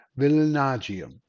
villanagium